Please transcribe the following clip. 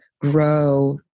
grow